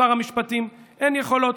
שר המשפטים, אין יכולות.